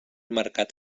mercat